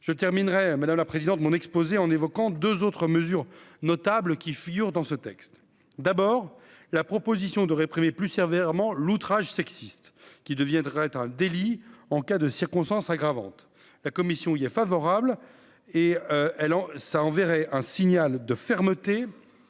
je terminerai, madame la présidente, mon exposé en évoquant 2 autres mesures notables qui figure dans ce texte, d'abord, la proposition de réprimer plus Armand l'outrage sexiste qui deviendrait un délit en cas de circonstances aggravantes, la commission il y est favorable et elle ont ça enverrait un signal de fermeté